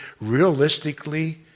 realistically